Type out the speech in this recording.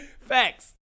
Facts